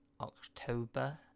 October